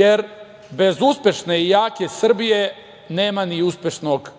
jer bez uspešne i jake Srbije nema ni uspešnog,